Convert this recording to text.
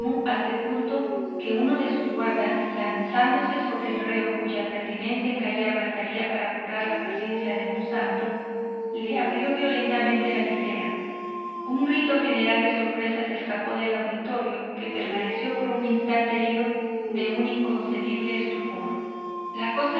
hasta el punto que uno de sus guardas lanzándose sobre el reo cuya pertinacia en callar bastaría a apurar la apariencia de un santo le abrió violentamente la visera un grito de general sorpresa se escapó del auditorio que permaneció por un instante herido de un inconcebible estupor la cosa